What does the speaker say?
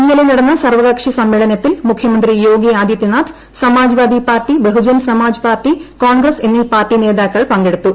ഇന്നലെ നടന്ന സർവ്വകക്ഷി സമ്മേളനത്തിൽ മുഖ്യമന്ത്രി യോഗി ആദിത്യനാഥ് സമാജ്വാദി പാർട്ടി ബഹുജൻ സമാജ് പാർട്ടി കോൺഗ്രസ് എന്നീ പാർട്ടി നേതാക്കൾ എന്നിവർ പങ്കെടുത്തു